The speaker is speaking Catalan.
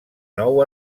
nou